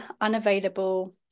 unavailable